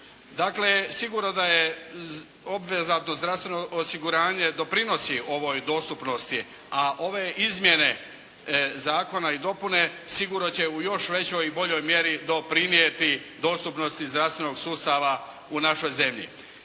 Dakle, sigurno da je obveza da zdravstveno osiguranje doprinosi ovoj dostupnosti. A ove izmjene zakona i dopune sigurno će još većoj i boljoj mjeri doprinijeti dostupnosti zdravstvenog sustava u našoj zemlji.